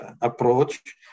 approach